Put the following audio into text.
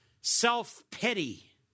self-pity